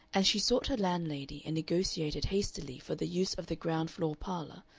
and she sought her landlady and negotiated hastily for the use of the ground floor parlor,